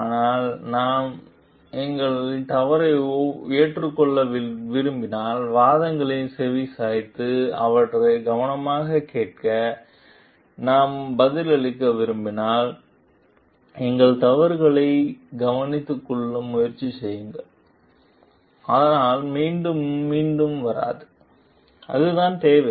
ஆனால் நாம் எங்கள் தவறை ஏற்றுக்கொள்ள விரும்பினால் வாதங்களுக்கு செவிசாய்த்து அவற்றை கவனமாகக் கேட்க நாம் பதிலளிக்க விரும்பினால் எங்கள் தவறுகளை கவனித்துக் கொள்ள முயற்சி செய்யுங்கள் அதனால் அது மீண்டும் மீண்டும் வராது அதுதான் தேவை